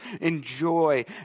enjoy